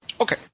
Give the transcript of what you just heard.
Okay